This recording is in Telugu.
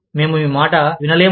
మేము మీ మాట వినలేము